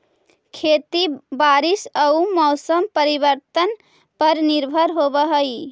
खेती बारिश आऊ मौसम परिवर्तन पर निर्भर होव हई